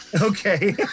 Okay